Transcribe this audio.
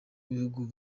n’ibihugu